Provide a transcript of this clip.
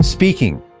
Speaking